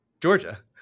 Georgia